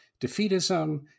defeatism